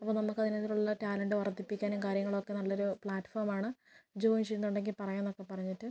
അപ്പോൾ നമുക്ക് അതിനകത്തുള്ള ടാലന്റ്റ് വർദ്ധിപ്പിക്കാനും കാര്യങ്ങളൊക്കെ നല്ലൊരു പ്ലാറ്റ്ഫോമാണ് ജോയിൻ ചെയ്യുന്നുണ്ടെങ്കിൽ പറയാമെന്നൊക്കെ പറഞ്ഞിട്ട്